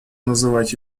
называть